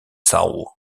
soul